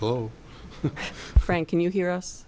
oh frank can you hear us